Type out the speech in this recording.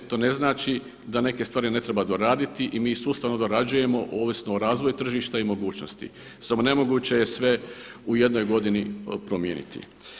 To ne znači da neke stvari ne treba doraditi i mi ih sustavno dorađujemo ovisno o razvoju tržišta i mogućnosti, samo nemoguće je sve u jednoj godini promijeniti.